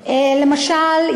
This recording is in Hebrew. למשל,